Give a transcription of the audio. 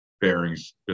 bearings